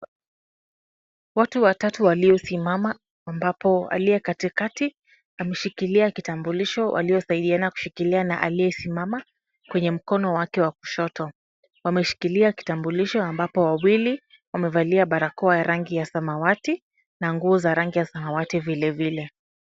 Watu watatu waliosimama ambapo aliye katikati anashikilia kitambulisho, anayemsaidia kushikilia na aliyesimama kwenye mkono wake wa kushoto. Wameshikilia kitambulisho ambapo wawili wamevalia barakoa ya rangi ya samawati na nguo za rangi ya samawati vilevile.